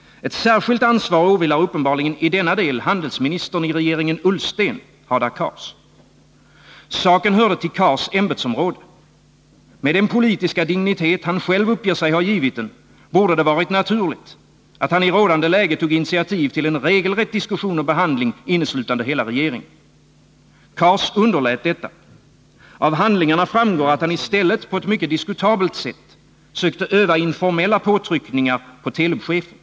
Ett särskilt ansvar åvilar uppenbarligen i denna del handelsministern i regeringen Ullsten, Hadar Cars. Saken hörde till Cars ämbetsområde. Med den politiska dignitet han själv uppger sig ha givit den borde det varit naturligt att han i rådande läge tog initiativ till en regelrätt diskussion och behandling, inneslutande hela regeringen. Hadar Cars underlät detta. Av handlingarna framgår att han i stället på ett mycket diskutabelt sätt sökte öva informella påtryckningar på Telub-chefen.